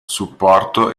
supporto